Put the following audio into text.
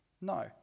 No